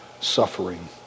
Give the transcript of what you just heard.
suffering